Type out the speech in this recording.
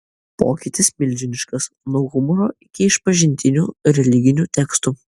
pokytis milžiniškas nuo humoro iki išpažintinių religinių tekstų